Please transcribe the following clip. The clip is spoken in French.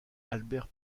albert